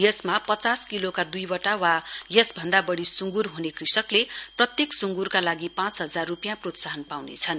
यसमा पचास किलोका दुई वटा वा यसभन्धा बडी सुंगुर ह्ने कृषकले प्रतेयेक सुंगुरका लागि पाँच हजार रूपियाँ प्रोत्साहन पाउनेछन्